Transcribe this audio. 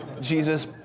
Jesus